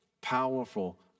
powerful